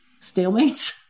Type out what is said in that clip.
Stalemates